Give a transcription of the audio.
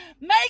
make